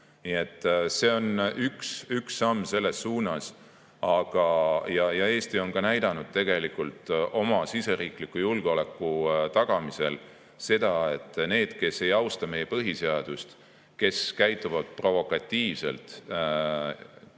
see on üks samm selles suunas. Eesti on ka näidanud oma riigisisese julgeoleku tagamisel seda, et neil, kes ei austa meie põhiseadust, kes käituvad provokatiivselt